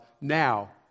now